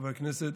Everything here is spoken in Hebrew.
חברי הכנסת,